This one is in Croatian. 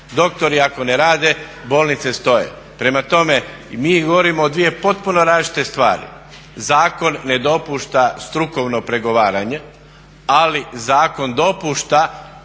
Doktori ako ne rade, bolnice stoje. Prema tome, mi govorimo o dvije potpuno različite stvar. Zakon ne dopušta strukovno pregovaranje ali zakon dopušta